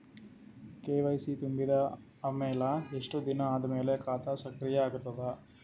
KYC ತುಂಬಿದ ಅಮೆಲ ಎಷ್ಟ ದಿನ ಆದ ಮೇಲ ಖಾತಾ ಸಕ್ರಿಯ ಅಗತದ?